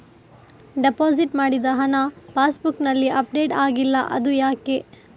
Deposit ಮಾಡಿದ ಹಣ ಪಾಸ್ ಬುಕ್ನಲ್ಲಿ ಅಪ್ಡೇಟ್ ಆಗಿಲ್ಲ ಅದು ಯಾಕೆ?